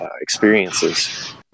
experiences